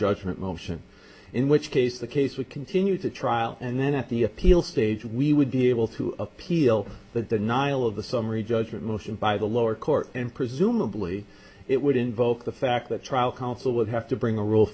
judgment motion in which case the case would continue to trial and then at the appeal stage we would be able to appeal that the nihil of the summary judgment motion by the lower court and presumably it would invoke the fact that trial counsel would have to bring a r